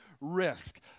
risk